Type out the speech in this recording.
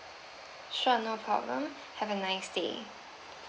sure no problem have a nice day